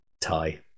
tie